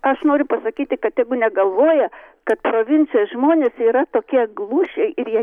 aš noriu pasakyti kad tegu negalvoja kad provincijos žmonės yra tokie glušiai ir jie